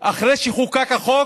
אחרי שחוקק החוק